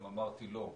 וגם אמרתי לו,